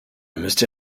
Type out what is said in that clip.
müsste